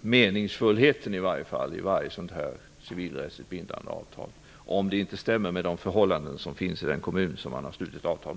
meningsfullheten i varje civilrättsligt bindande avtal -- om avtalet inte stämmer med de förhållanden som finns i den kommun som avtalet har slutits med.